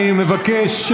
אני מבקש,